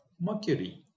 Mercury